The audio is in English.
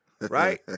right